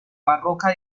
barroca